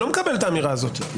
אני לא מקבל את האמירה הזאת.